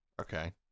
Okay